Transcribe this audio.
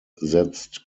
setzt